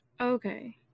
Okay